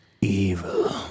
evil